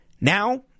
Now